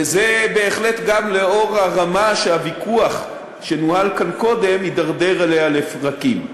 וזה בהחלט גם לאור הרמה שהוויכוח שנוהל כאן קודם הידרדר אליה לפרקים.